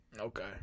Okay